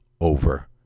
over